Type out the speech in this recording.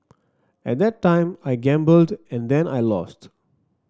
at that time I gambled and then I lost